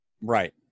Right